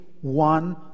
one